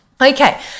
Okay